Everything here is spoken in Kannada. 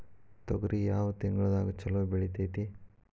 ತೊಗರಿ ಯಾವ ತಿಂಗಳದಾಗ ಛಲೋ ಬೆಳಿತೈತಿ?